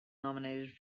nominated